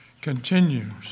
continues